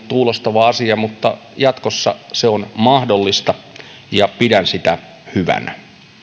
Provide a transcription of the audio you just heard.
kuulostava asia mutta jatkossa se on mahdollista ja pidän sitä hyvänä